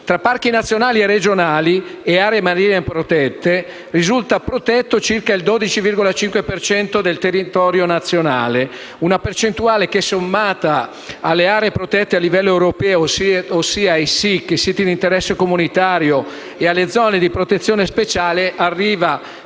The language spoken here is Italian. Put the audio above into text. Tra parchi nazionali e regionali e aree marine protette risulta protetto circa il 12,5 per cento del territorio nazionale, una percentuale che, sommata alle aree protette a livello europeo, ossia ai siti di interesse comunitario e alle zone di protezione speciale, arriva